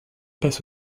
passe